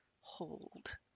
Hold